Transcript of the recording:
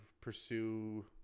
pursue